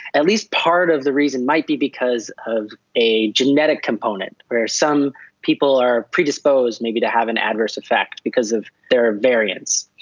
at least part of the reason might be because of a genetic component, where some people are pre-disposed maybe to have an adverse effect, because of their variance.